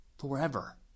forever